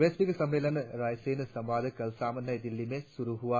वैश्विक सम्मेलन रायसीन संवाद कल शाम नई दिल्ली में शुरु हुआ